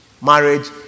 marriage